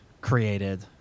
created